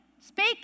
speak